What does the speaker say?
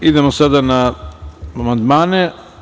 Idemo sada na amandmane.